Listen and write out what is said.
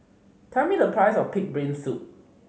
tell me the price of pig brain soup